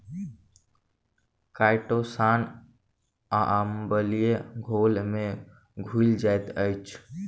chitosan अम्लीय घोल में घुइल जाइत अछि